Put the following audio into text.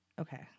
Okay